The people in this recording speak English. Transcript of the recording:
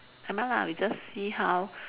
never mind lah we just see how